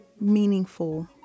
meaningful